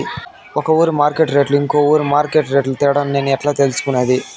ఒక ఊరి మార్కెట్ రేట్లు ఇంకో ఊరి మార్కెట్ రేట్లు తేడాను నేను ఎట్లా తెలుసుకునేది?